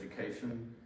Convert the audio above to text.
education